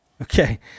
Okay